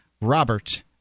Robert